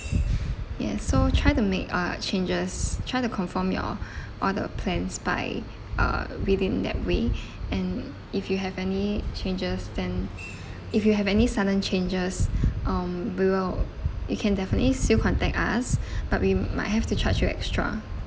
yes so try to make uh changes try to confirm your all the plans by uh within that week and if you have any changes then if you have any sudden changes um below you can definitely still contact us but we might have to charge you extra